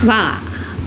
वाह